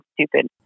stupid